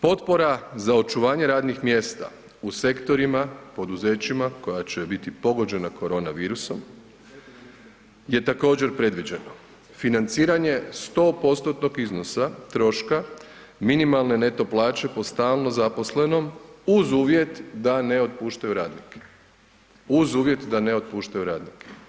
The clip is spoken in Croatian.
Potpora za očuvanje radnih mjesta u sektorima poduzećima koja će biti pogođena korona virusom je također predviđeno, financiranje 100%-nog iznosa troška minimalne neto plaće po stalno zaposlenom uz uvjet da ne otpuštaju radnike, uz uvjet da ne otpuštaju radnike.